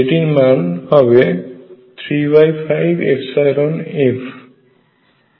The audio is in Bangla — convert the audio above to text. যেটির মান হবে 35F